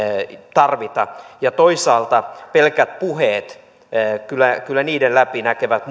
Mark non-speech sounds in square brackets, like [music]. tarvita toisaalta kyllä muut maat pelkkien puheiden läpi näkevät [unintelligible]